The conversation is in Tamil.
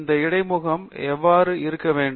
இந்த இடைமுகம் எவ்வாறு இருக்க வேண்டும்